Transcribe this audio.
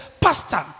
Pastor